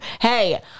Hey